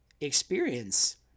experience